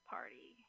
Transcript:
Party